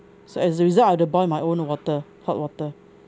so as a result I've to boil my own water hot water